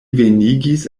venigis